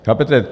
Chápete?